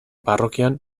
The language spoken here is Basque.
parrokian